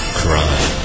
crime